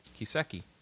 Kiseki